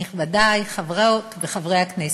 נכבדי חברות וחברי הכנסת,